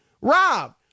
Rob